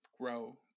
grow